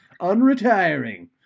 unretiring